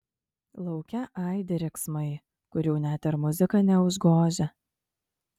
lauke aidi riksmai kurių net ir muzika neužgožia